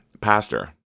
pastor